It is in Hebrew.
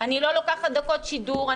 אני לא לוקחת דקות שידור,